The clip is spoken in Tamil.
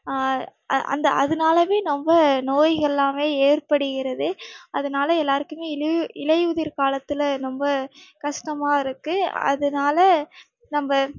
அந்த அதுனால ரொம்ப நோய்கள் எல்லாம் ஏற்படுகிறது அதனால எல்லோருக்குமே இலை இலையுதிர் காலத்தில் ரொம்ப கஷ்டமாக இருக்கு அதனால நம்ம